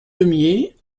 deumié